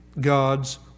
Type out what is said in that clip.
God's